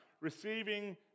Receiving